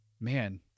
Man